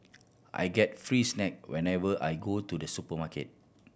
I get free snack whenever I go to the supermarket